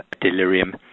delirium